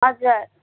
हजुर